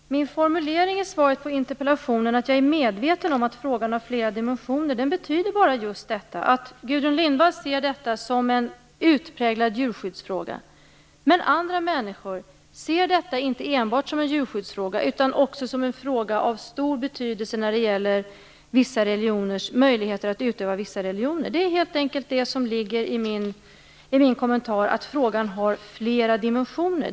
Fru talman! Min formulering i svaret på interpellationen, att jag är medveten om att frågan har flera dimensioner, betyder bara just detta. Gudrun Lindvall ser detta som en utpräglad djurskyddsfråga, men andra människor ser detta inte enbart som en djurskyddsfråga utan också som en fråga av stor betydelse när det gäller möjligheten att utöva vissa religioner. Det är helt enkelt det som ligger i min kommentar att frågan har flera dimensioner.